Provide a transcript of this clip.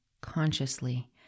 consciously